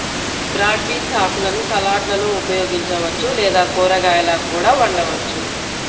broad beans ఆకులను సలాడ్లలో ఉపయోగించవచ్చు లేదా కూరగాయలా కూడా వండవచ్చు